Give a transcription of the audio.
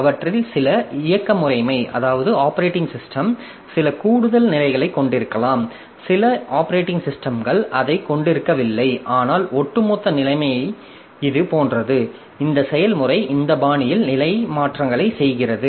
அவற்றில் சில இயக்க முறைமை சில கூடுதல் நிலைகளைக் கொண்டிருக்கலாம் சில இயக்க முறைமைகள் அதைக் கொண்டிருக்கவில்லை ஆனால் ஒட்டுமொத்த நிலைமை இது போன்றது இந்த செயல்முறை இந்த பாணியில் நிலை மாற்றங்களை செய்கிறது